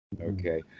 okay